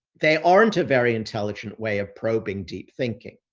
they aren't a very intelligent way of probing deep thinking.